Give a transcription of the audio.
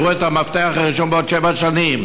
יראו את המפתח הראשון בעוד שבע שנים.